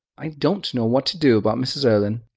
i don't know what to do about mrs. erlynne.